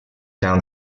down